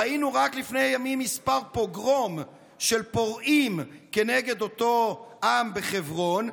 ראינו רק לפני כמה ימים פוגרום של פורעים כנגד אותו עם בחברון.